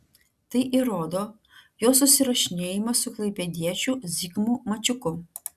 tai įrodo jo susirašinėjimas su klaipėdiečiu zigmu mačiuku